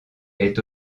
est